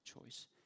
choice